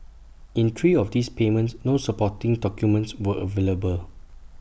in three of these payments no supporting documents were available